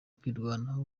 kwirwanaho